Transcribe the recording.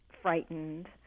frightened